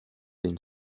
une